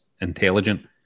intelligent